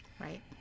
Right